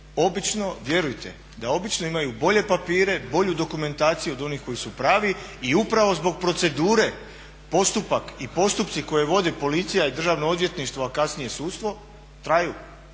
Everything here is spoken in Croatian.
obično, vjerujte da obično imaju bolje papire, bolju dokumentaciju od onih koji su pravi. I upravo zbog procedure postupak i postupci koje vodi policija i državno odvjetništvo a kasnije sudstvo traju.